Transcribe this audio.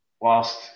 whilst